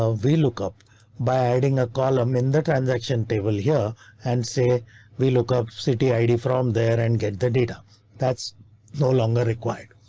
ah we look up by adding a column in the transaction table here and say we look up city id from there and get the data that's no longer required.